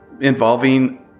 involving